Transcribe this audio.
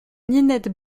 ninette